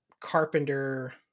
carpenter